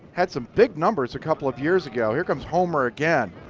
had some big numbers a couple of years ago. here comes homer again.